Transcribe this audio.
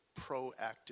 proactive